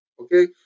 okay